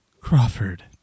Crawford